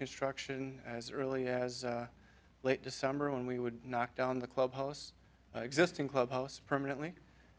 construction as early as late december and we would knock down the clubhouse existing clubhouse permanently